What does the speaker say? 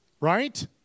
Right